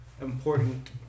important